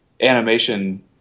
animation